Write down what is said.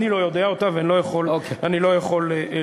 אני לא יודע אותה ואני לא יכול לומר.